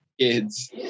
Kids